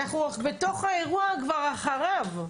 אנחנו בתוך האירוע, כבר אחריו.